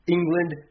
England